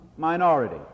minority